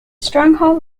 stronghold